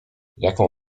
jaką